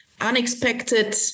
unexpected